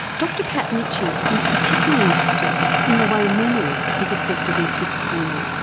dr pat michie is particularly interested in the way memory is affected in schizophrenia,